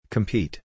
Compete